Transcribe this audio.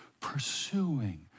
pursuing